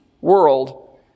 world